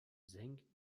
senken